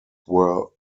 were